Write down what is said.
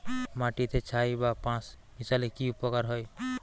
মাটিতে ছাই বা পাঁশ মিশালে কি উপকার হয়?